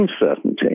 uncertainty